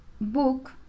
book